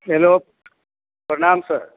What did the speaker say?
hello प्रणाम sir